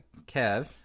Kev